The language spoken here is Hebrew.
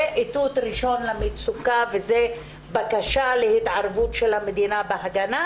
זה איתות ראשון למצוקה וזו בקשה להתערבות של המדינה בהגנה,